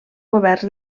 governs